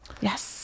yes